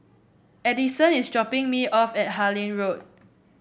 Addyson is dropping me off at Harlyn Road